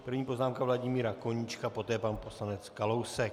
První poznámka Vladimíra Koníčka, poté pan poslanec Kalousek.